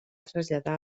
traslladar